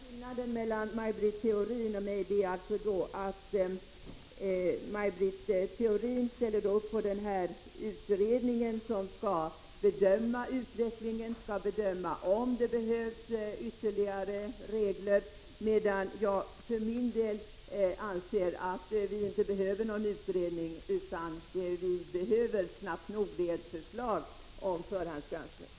Herr talman! Skillnaden mellan Maj Britt Theorin och mig är att Maj Britt Theorin tar fasta på den här utredningen som skall bedöma utvecklingen och överväga om det behövs ytterligare regler, medan jag för min del anser att vi inte behöver någon utredning utan att vad vi snabbt nog behöver är ett förslag om förhandsgranskning.